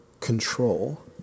control